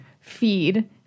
feed